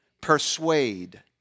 Persuade